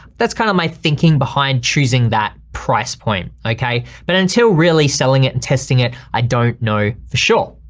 that's kind of my thinking behind choosing that price point. okay. but until really selling it and testing it i don't know for sure.